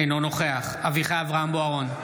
אינו נוכח אביחי אברהם בוארון,